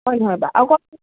হয় নহয় বাৰু